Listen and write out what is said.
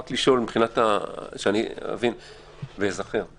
רק לשאול שאבין ואזכר.